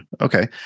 Okay